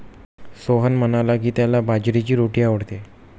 सोहन म्हणाला की, त्याला बाजरीची रोटी आवडते